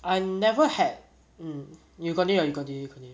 I never had um you continue you continue